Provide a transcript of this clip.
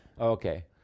Okay